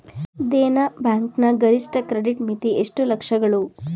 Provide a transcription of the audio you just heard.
Dena bank ನ ಗರಿಷ್ಠ credit ಮಿತಿ ಎಷ್ಟು ಲಕ್ಷಗಳು?